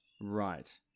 Right